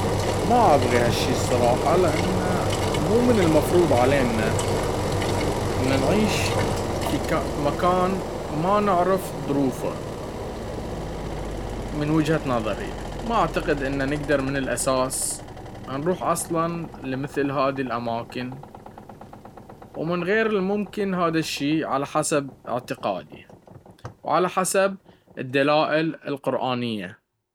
ما أبغي هالشي الصراحة لأنه مو من المفروض علينا انه نعيش في مكان ما نعرف ظروفه ومن وجهة نظري ما أعتقد انه نقدر من الأساس نروح اصلا لمثل هذي الاماكن ومن غير الممكن هدا الشي على حسب اعتقادي وعلى حسب الدلائل القرأنية.